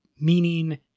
meaning